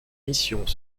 missions